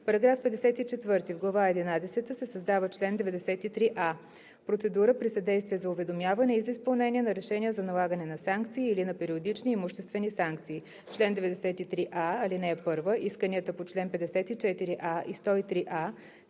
В глава единадесета се създава чл. 93а: „Процедура при съдействие за уведомяване и за изпълнение на решения за налагане на санкции или на периодични имуществени санкции Чл. 93а. (1) Исканията по чл. 54а и 103а